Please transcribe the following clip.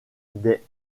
des